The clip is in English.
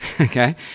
Okay